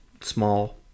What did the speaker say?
small